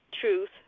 truth